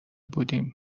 بودیم